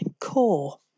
core